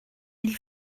ils